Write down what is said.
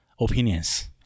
opinions